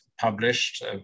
published